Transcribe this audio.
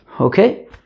Okay